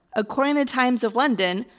according to times of london,